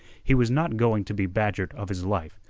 he was not going to be badgered of his life,